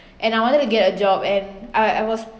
and I wanted to get a job and I I was